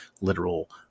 Literal